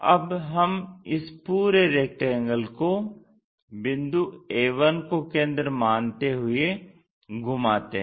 अब हम इस पूरे रेक्टेंगल को बिंदु a1 को केंद्र मानते हुए हुए घुमाते हैं